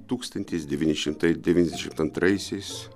tūkstantis devyni šimtai devyniasdešim antraisiais